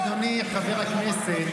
אדוני חבר הכנסת,